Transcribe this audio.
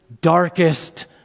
darkest